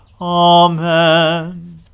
Amen